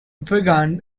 began